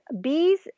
bees